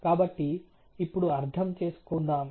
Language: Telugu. కాబట్టి ఇప్పుడు అర్థం చేసుకుందాం